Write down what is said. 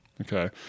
Okay